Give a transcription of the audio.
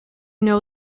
know